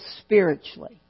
spiritually